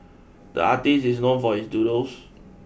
the artist is known for his doodles